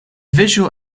visual